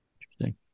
Interesting